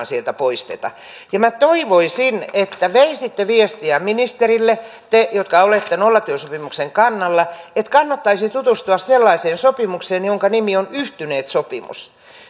sieltä poisteta ja minä toivoisin että veisitte viestiä ministerille te jotka olette nollatyösopimuksen kannalla että kannattaisi tutustua sellaiseen sopimukseen jonka nimi on yhtyneet sopimus